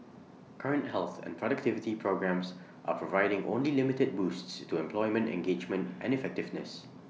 current health and productivity programmes are providing only limited boosts to employment engagement and effectiveness